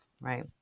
right